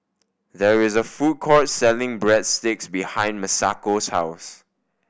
there is a food court selling Breadsticks behind Masako's house